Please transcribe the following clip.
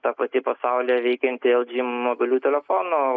ta pati pasaulyje veikianti lg mobiliųjų telefonų